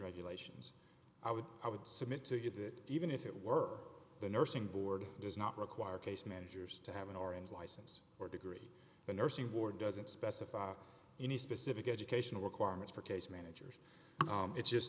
regulations i would i would submit to you that even if it were the nursing board does not require case managers to have an orange license or degree the nursing board doesn't specify any specific educational requirements for case managers it's just